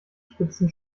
spitzen